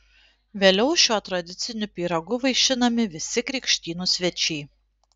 vėliau šiuo tradiciniu pyragu vaišinami visi krikštynų svečiai